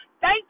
Thank